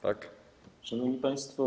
Tak. Szanowni Państwo!